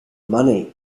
money